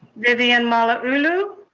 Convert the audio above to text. vivian malauulu.